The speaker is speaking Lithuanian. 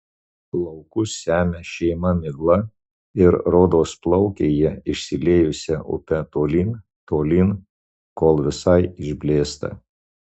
laukus semia šėma migla ir rodos plaukia jie išsiliejusia upe tolyn tolyn kol visai išblėsta